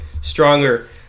stronger